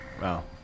Wow